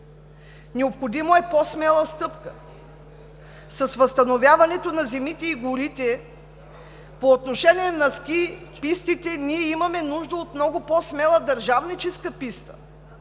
Необходима е по-смела стъпка. С възстановяването на земите и горите, по отношение на ски пистите ние имаме нужда от много по-смела държавническа писта,